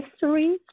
history